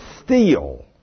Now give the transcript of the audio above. steal